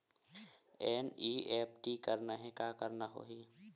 NEFT करना हे का करना होही?